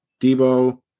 Debo